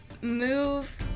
move